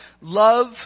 love